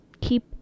keep